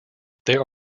there